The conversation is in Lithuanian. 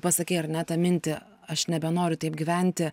pasakei ar ne tą mintį aš nebenoriu taip gyventi